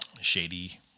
shady